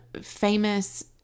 famous